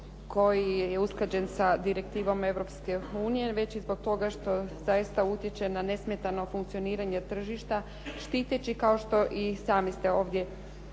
koji je usklađen sa direktivama Europske unije, već i zbog toga što zaista utječe na nesmetano funkcioniranje tržišta štiteći, kao što i sami ste ovdje mnogi